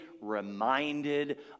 reminded